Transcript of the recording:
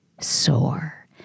sore